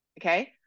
okay